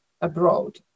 abroad